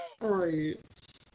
right